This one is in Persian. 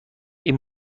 این